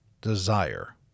desire